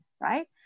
right